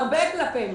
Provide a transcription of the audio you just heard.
הרבה כלפי מעלה.